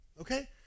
okay